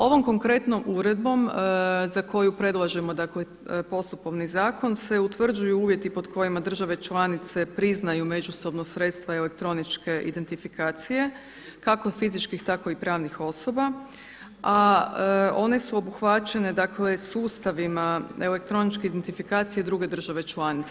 Ovom konkretnom uredbom za koju predlažemo dakle postupovni zakon se utvrđuju uvjeti pod kojima države članice priznaju međusobno sredstva i elektroničke identifikacije kako fizičkih tako i pravnih osoba a one su obuhvaćene dakle sustavima elektroničke identifikacije druga države članice.